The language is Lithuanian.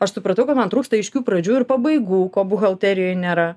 aš supratau kad man trūksta aiškių pradžių ir pabaigų ko buhalterijoj nėra